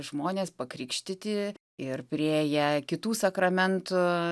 žmonės pakrikštyti ir priėję kitų sakramentų